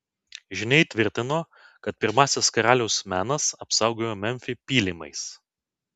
žyniai tvirtino kad pirmasis karalius menas apsaugojo memfį pylimais